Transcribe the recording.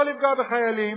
לא לפגוע בחיילים,